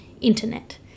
internet